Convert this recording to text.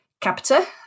Capita